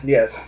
Yes